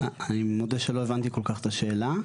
אני מודה שלא כל כך הבנתי את השאלה.